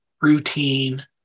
routine